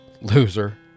Loser